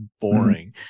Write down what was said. boring